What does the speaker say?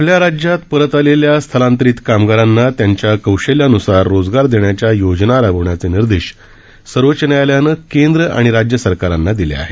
आपल्या राज्यात परत आलेल्या स्थलांतरित कामगारांना त्यांच्या कौशल्यानुसार रोजगार देण्याच्या योजना राबवण्याचे निर्देश सर्वोच्च न्यायालयानं केंद्र आणि राज्य सरकारांना दिले आहेत